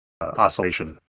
oscillation